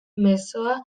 mezzoa